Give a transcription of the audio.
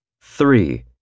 Three